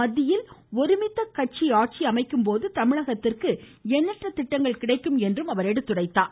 மத்தியில் ஒருமித்த கட்சி ஆட்சி அமைக்கும்போது தமிழகத்திற்கு எண்ணற்ற திட்டங்கள் கிடைக்கும் எனவும் கூறினார்